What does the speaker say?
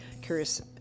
curious